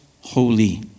holy